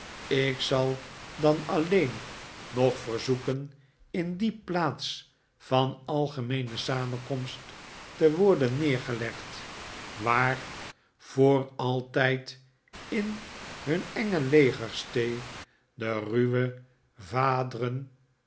ik zal dan alleen nog verzoeken in die plaats van algemeene samenkomst te worden neergelegd waar voor altijd in hun enge legerstee de ruwe vaadren